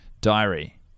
diary